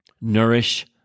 nourish